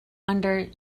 under